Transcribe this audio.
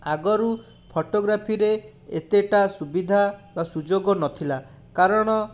ଆଗରୁ ଫଟୋଗ୍ରାଫିରେ ଏତେଟା ସୁବିଧା ବା ସୁଯୋଗ ନଥିଲା କାରଣ